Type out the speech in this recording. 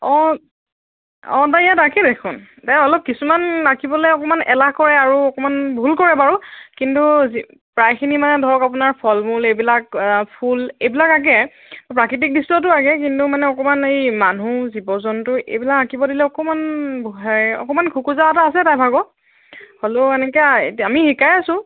অঁ অঁ তাই ইয়াত আঁকে দেখোন তাই অলপ কিছুমান আঁকিবলৈ অকণমান এলাহ কৰে আৰু অকণমান ভুল কৰে বাৰু কিন্তু প্ৰায়খিনি মানে ধৰক আপোনাৰ ফল মূল এইবিলাক ফুল এইবিলাক আঁকে প্ৰাকৃতিক দৃশ্যটোও আঁকে কিন্তু মানে অকণমান এই মানুহ জীৱ জন্তু এইবিলাক আঁকিব দিলে অকণমান অকণমান খোকোজা এটা আছে তাই ভাগৰ হ'লেও এনেকৈ আমি শিকাই আছোঁ